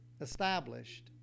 established